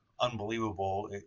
unbelievable